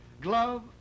glove